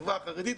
בחברה החרדית,